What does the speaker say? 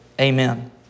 amen